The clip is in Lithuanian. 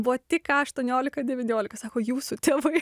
buvo tik ką aštuoniolika devyniolika sako jūsų tėvai